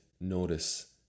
notice